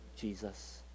Jesus